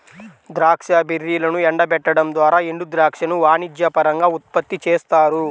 ద్రాక్ష బెర్రీలను ఎండబెట్టడం ద్వారా ఎండుద్రాక్షను వాణిజ్యపరంగా ఉత్పత్తి చేస్తారు